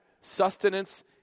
sustenance